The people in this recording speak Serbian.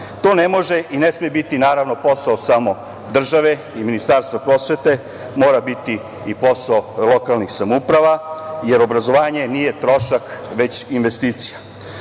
ne može i ne sme biti naravno, posao samo države i Ministarstva prosvete, mora biti i posao lokalnih samouprava, jer obrazovanje nije trošak već investicija. Tako